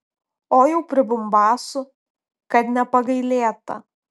o jau pribumbasų kad nepagailėta